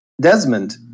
Desmond